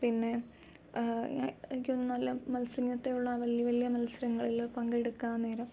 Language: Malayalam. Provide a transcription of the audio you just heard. പിന്നെ എനിക്ക് തോന്നുന്നു നല്ല ഉള്ള നല്ല വലിയ വലിയ മത്സരങ്ങളില് പങ്കെടുക്കാൻ നേരം